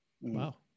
Wow